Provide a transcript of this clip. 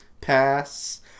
Pass